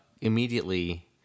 Immediately